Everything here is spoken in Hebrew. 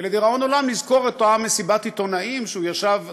לדיראון עולם נזכור את אותה מסיבת עיתונאים שהוא ישב זחוח,